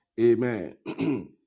Amen